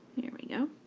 here we go,